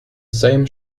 same